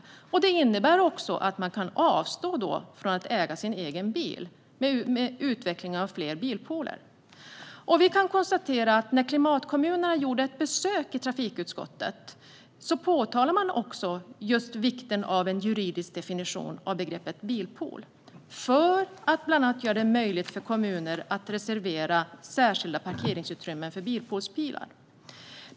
Utvecklingen av fler bilpooler innebär att man kan avstå från att äga en egen bil. När Klimatkommunerna gjorde ett besök i trafikutskottet påpekade man också just vikten av en juridisk definition av begreppet bilpool, bland annat för att göra det möjligt för kommuner att reservera särskilda parkeringsutrymmen för bilpoolsbilar.